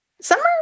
summer